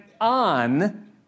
on